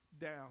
down